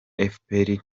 efuperi